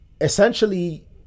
Essentially